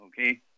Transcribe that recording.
okay